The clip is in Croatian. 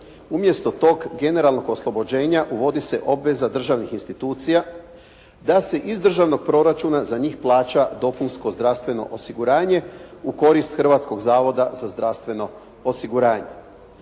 Umjesto tog generalnog oslobođenja uvodi se obveza državnih institucija da se iz državnog proračuna za njih plaća dopunsko zdravstveno osiguranje u korist Hrvatskog zavoda za zdravstveno osiguranje.